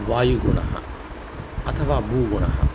वायुगुणः अथवा भूगुणः